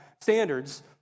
standards